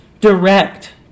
Direct